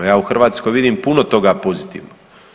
Ja u Hrvatskoj vidim puno toga pozitivnog.